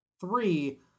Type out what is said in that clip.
three